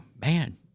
man